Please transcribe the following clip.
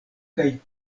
kaj